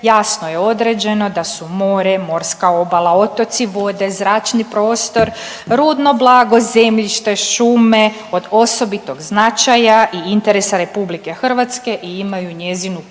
jasno je određeno da su more, morska obala, otoci, vode, zračni prostor, rudno blago, zemljište, šume od osobitog značaja i interesa RH i imaju njezinu